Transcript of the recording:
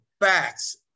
facts